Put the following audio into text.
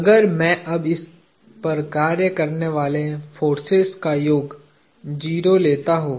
अगर मैं अब इस पर कार्य करने वाले फोर्सेज का योग 0 लेता हूं